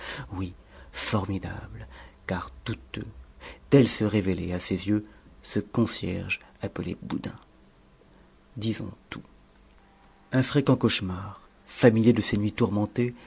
oui formidable car douteux tel se révélait à ses yeux ce concierge appelé boudin disons tout un fréquent cauchemar familier de ses nuits tourmentées